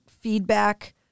feedback